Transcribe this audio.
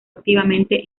activamente